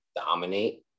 dominate